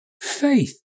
faith